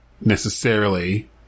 necessarily-